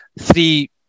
three